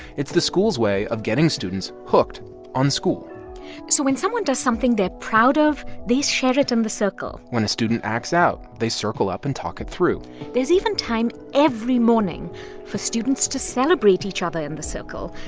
it's the school's way of getting students hooked on school so when someone does something they're proud of, they share it in the circle when a student acts out, they circle up and talk it through there's even time every morning for students to celebrate each other in the circle.